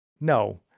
No